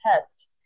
test